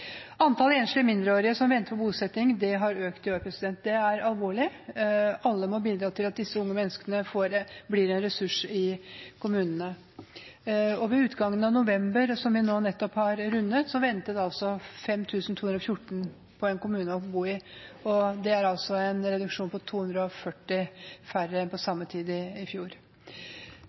Antallet enslige mindreårige som venter på bosetting, har økt i år. Det er alvorlig. Alle må bidra til at disse unge menneskene blir en ressurs i kommunene. Ved utgangen av november, som vi nå nettopp har rundet, ventet 5 214 på en kommune å bo i. Det er altså en reduksjon på 240 – færre enn på samme tid i fjor.